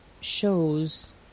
shows